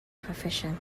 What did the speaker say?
profession